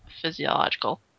physiological